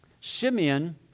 Simeon